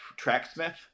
Tracksmith